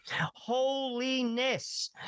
holiness